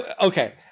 Okay